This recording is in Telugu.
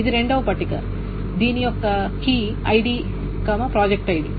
ఇది రెండవ పట్టిక దీని యొక్క కీ ఐడి ప్రాజెక్ట్ ఐడి